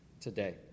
today